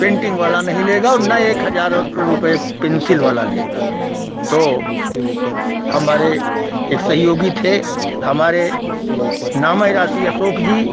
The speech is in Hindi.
पेन्टिन्ग वाला नहीं लेगा और न एक हज़ार रुपये पेन्सिल वाला लेगा तो हमारे एक सहयोगी थे हमारे नामे राशि अशोक जी